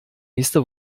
nächste